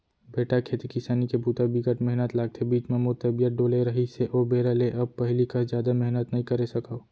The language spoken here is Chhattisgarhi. बेटा खेती किसानी के बूता बिकट मेहनत लागथे, बीच म मोर तबियत डोले रहिस हे ओ बेरा ले अब पहिली कस जादा मेहनत नइ करे सकव